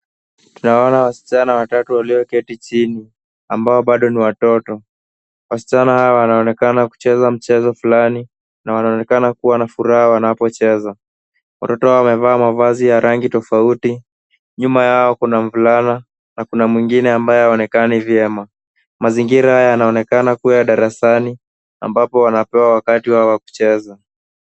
Tunawaona wasichana watatu waloketi chini ambao bado ni watoto. Wasichana hawa wanaonekana kucheza mchezo fulani na wanaonekana kuwa na furaha wanapocheza. Watoto hawa wamevaa mavazi ya rangi tofauti. Nyuma yao kuna mvulana na kuna mwengine ambaye haonekani vyema. Mazingira yanaonekana kuwa ya darasani ambapo wanapewa wakati wao wa kucheza.